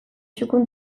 txukun